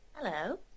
Hello